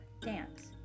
dance